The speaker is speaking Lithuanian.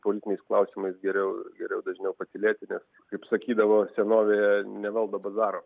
politiniais klausimais geriau geriau dažniau patylėti nes kaip sakydavo senovėje nevaldo bazaro